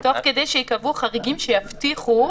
כדי שייקבעו חריגים שיבטיחו,